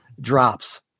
drops